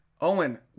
Owen